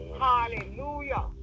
hallelujah